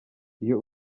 iyo